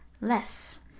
less